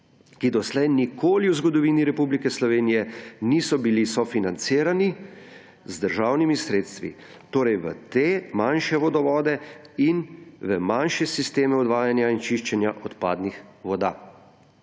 ki doslej nikoli v zgodovini Republike Slovenije niso bili sofinancirani z državnimi sredstvi, torej v te manjše vodovode in v manjše sisteme odvajanja in čiščenja odpadnih voda.